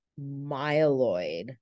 myeloid